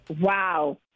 wow